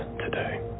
today